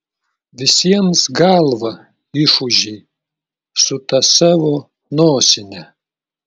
visiems galvą išūžei su ta savo nosine